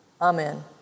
Amen